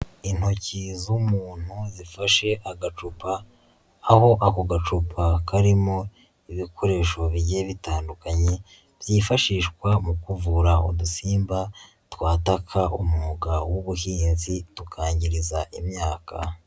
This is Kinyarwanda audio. Intoki z'umuntu zifashe agacupa, aho ako gacupa karimo ibikoresho bigiye bitandukanye byifashishwa mu kuvura udusimba twataka umwuga w'ubuhinzi tukangiriza imyaka.